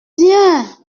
bien